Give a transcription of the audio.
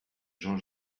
jean